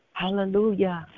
Hallelujah